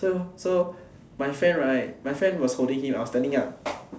so so my friend right my friend was holding him I was standing up